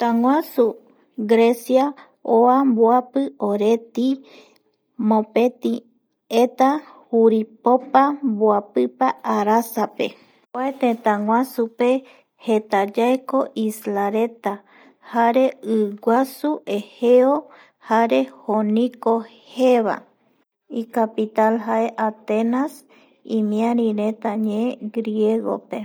Tëtäguasu Grecia oa mbopí oreti, mopeti eta juripopa mboapipa arasape kua tëtäguasupe jeta yaeko islareta jare iguasu Egeo jare jonico jeevae icapital jae atenas imiarireta ñee griegope